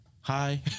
Hi